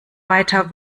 weiter